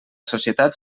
societat